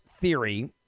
theory